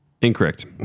Incorrect